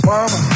Mama